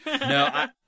No